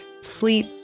sleep